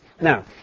Now